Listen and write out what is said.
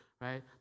right